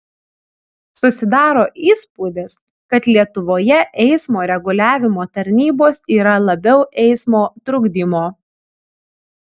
susidaro įspūdis kad lietuvoje eismo reguliavimo tarnybos yra labiau eismo trukdymo